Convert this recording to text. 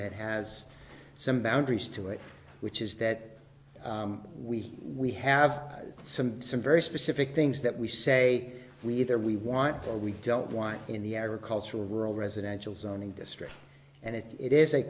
that has some boundaries to it which is that we we have some some very specific things that we say we either we want that we don't want in the agricultural residential zoning district and if it is a